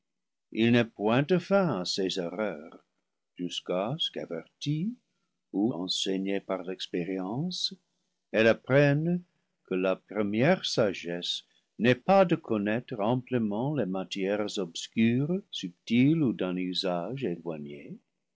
il n'est point de fin à ses erreurs jusqu'à ce que avertie ou enseignée par l'expérience elle apprenne que la première sagesse n'est pas de connaître amplement les ma tières obscures subtiles et d'un usage éloigné